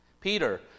Peter